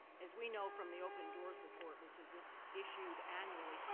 as we know from the open doors report, which is is issued annually,